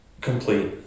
complete